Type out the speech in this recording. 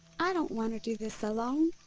i don't want to do this alone.